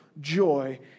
joy